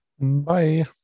Bye